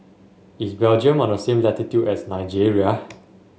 is Belgium on the same latitude as Nigeria